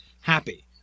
happy